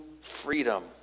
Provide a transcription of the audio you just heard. freedom